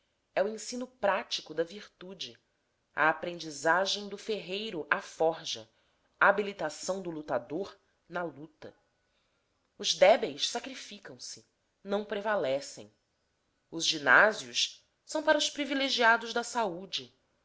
é o ensino prático da virtude a aprendizagem do ferreiro à forja habilitação do lutador na luta os débeis sacrificam se não prevalecem os ginásios para os privilegiados da saúde